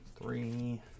three